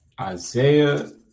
Isaiah